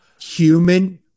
human